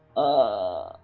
ah